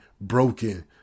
broken